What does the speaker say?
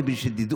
זה בשביל שתדעו,